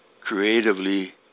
creatively